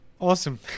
Awesome